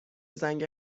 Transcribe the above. زنگ